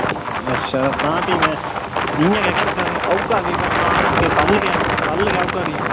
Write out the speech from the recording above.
अच्छा तां फ्ही मैं इयां गै करगा कि औगा फ्ही में तां कल्ल गै औङ कल्लै गै औगा फ्ही